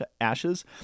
ashes